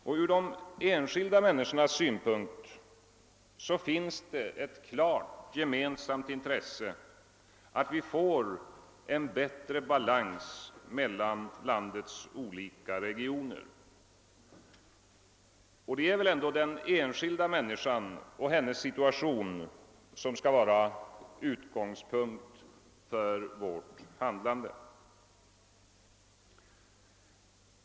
Från de enskilda människornas synpunkt finns ett klart gemensamt intresse av att få en bättre balans mellan landets olika regioner. Det är väl ändå den enskilda människan och hennes situation som skall vara utgångspunkten för vårt handlande.